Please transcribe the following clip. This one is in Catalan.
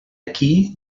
aquí